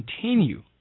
continue